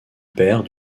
père